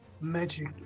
magic